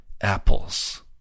apples